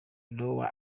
lower